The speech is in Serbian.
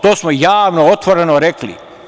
To smo javno, otvoreno rekli.